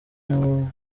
nabo